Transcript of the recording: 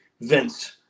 Vince